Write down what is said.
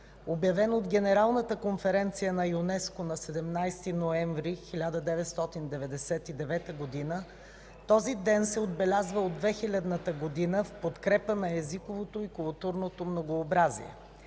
Обявен от Генералната конференция на ЮНЕСКО на 17 ноември 1999 г. този ден се отбелязва от 2000 г. в подкрепа на езиковото и културното многообразие.